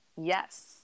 Yes